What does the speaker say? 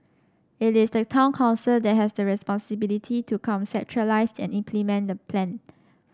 it is the town council that has the responsibility to conceptualise and implement the plan